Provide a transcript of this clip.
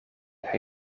gaan